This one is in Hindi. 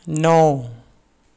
नौ